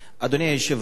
אדוני היושב-ראש,